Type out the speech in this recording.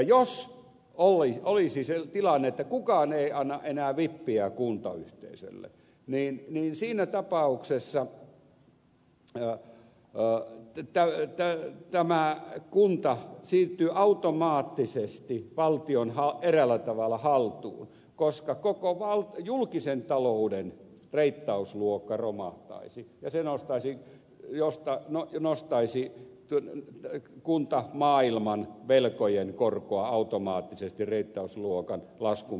jos olisi tilanne että kukaan ei anna enää vippiä kuntayhteisölle siinä tapauksessa tämä kunta siirtyy automaattisesti eräällä tavalla valtion haltuun koska koko julkisen talouden reittausluokka romahtaisi ja se nostaisi kuntamaailman velkojen korkoa automaattisesti reittausluokan laskun myötä